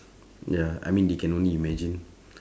ya I mean they can only imagine